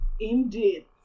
Indeed